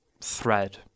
thread